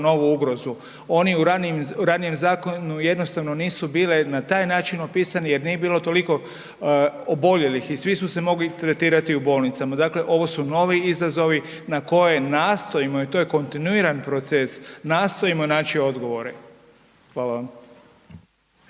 novu ugrozu. Oni u ranijem zakonu jednostavno nisu bile na taj način opisani jer nije bilo toliko oboljelih i svi su se mogli tretirati u bolnicama. Dakle, ovo su novi izazovi na koje nastojimo i to je kontinuiran proces, nastojimo naći odgovore. Hvala vam.